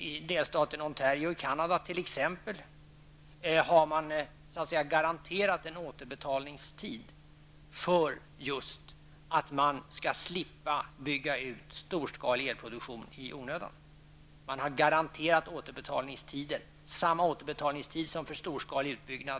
I delstaten Ontario i Canada har man garanterat en återbetalningstid för att slippa bygga ut storskalig elproduktion i onödan. Man har garanterat samma återbetalningstid för energieffektivisering som för storskalighetsutbyggnad.